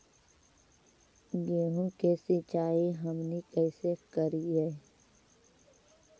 गेहूं के सिंचाई हमनि कैसे कारियय?